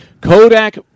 Kodak